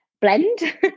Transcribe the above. Blend